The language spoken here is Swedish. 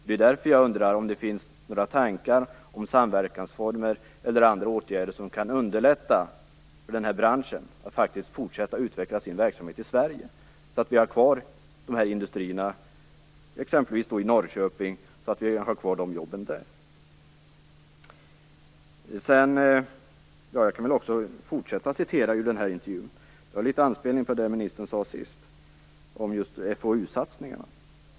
Det är därför jag undrar om det finns några tankar om samverkansformer eller andra åtgärder som kan underlätta för den här branschen att fortsätta utveckla sin verksamhet i Sverige så att vi får ha kvar de här industrierna i t.ex. Norrköping och får ha kvar jobben där. Jag kan fortsätta att läsa ur den här intervjun. Det anspelar litet på det ministern sade sist om FoU satsningarna.